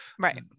right